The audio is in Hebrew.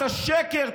אתה שקר.